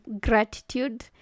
gratitude